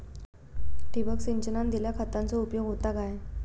ठिबक सिंचनान दिल्या खतांचो उपयोग होता काय?